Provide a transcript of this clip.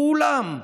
כולם.